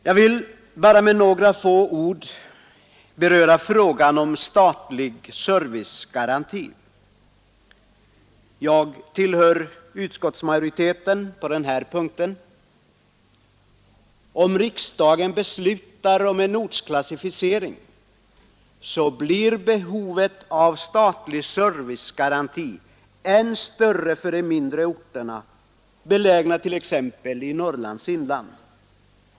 Jag vill bara med några få ord beröra frågan om statlig servicegaranti. Jag tillhör utskottsmajoriteten på den här punkten. Om riksdagen beslutar om en ortsklassificering, så blir behovet av statlig servicegaranti än större för de mindre orterna belägna t.ex. i Norrlands inland.